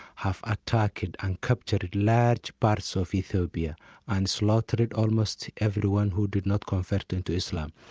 have attacked and captured large parts of ethiopia and slaughtered almost everyone who did not convert and to islam.